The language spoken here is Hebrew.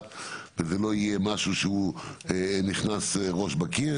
זה לא יהיה חוק של שורה אחת וזה לא יהיה משהו שנכנס ראש בקיר,